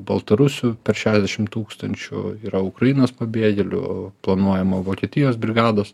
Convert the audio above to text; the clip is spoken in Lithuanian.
baltarusių per šešiasdešim tūkstančių yra ukrainos pabėgėlių planuojama vokietijos brigados